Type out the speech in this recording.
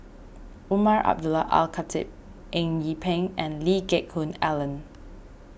Umar Abdullah Al Khatib Eng Yee Peng and Lee Geck Hoon Ellen